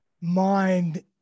mind